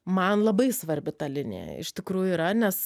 man labai svarbi ta linija iš tikrųjų yra nes